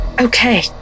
Okay